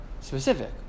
specific